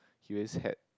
he always had